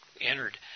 entered